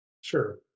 Sure